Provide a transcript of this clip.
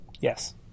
Yes